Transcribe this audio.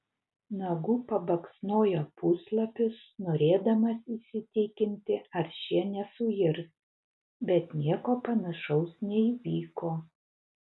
nagu pabaksnojo puslapius norėdamas įsitikinti ar šie nesuirs bet nieko panašaus neįvyko